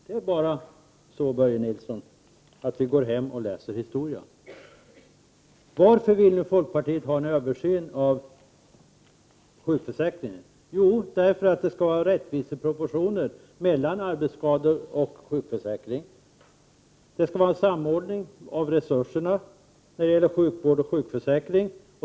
Det är bara så, Börje Nilsson, att vi skall gå hem och läsa historia. Varför vill nu folkpartiet ha en översyn av sjukförsäkringen? Jo, därför att det skall vara rättvisa proportioner mellan arbetsskador och sjukförsäkring. Det skall vara en samordning av resurserna när det gäller sjukvård och sjukförsäkring.